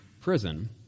prison